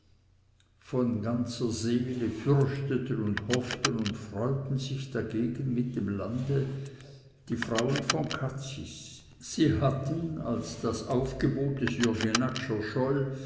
von ganzer seele fürchteten und hofften und freuten sich dagegen mit dem lande die frauen von cazis sie hatten als das aufgebot des jürg